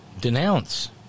denounce